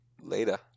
Later